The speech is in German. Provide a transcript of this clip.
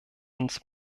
uns